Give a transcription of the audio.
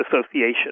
association